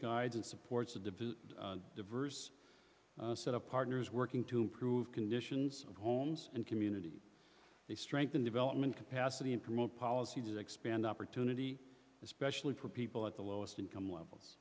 and supports the diverse set of partners working to improve conditions of homes and communities they strengthen development capacity and promote policy to expand opportunity especially for people at the lowest income levels